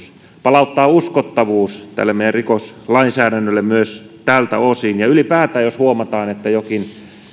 palauttaa uskottavuus tälle meidän rikoslainsäädännöllemme myös tältä osin ja ylipäätään jos huomataan että jokin ei